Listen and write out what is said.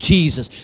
Jesus